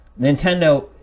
Nintendo